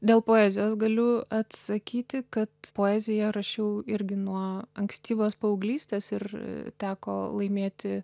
dėl poezijos galiu atsakyti kad poeziją rašiau irgi nuo ankstyvos paauglystės ir teko laimėti